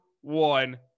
one